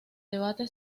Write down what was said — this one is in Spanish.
debate